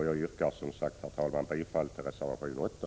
Jag yrkar som sagt, herr talman, bifall till reservation 8.